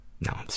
No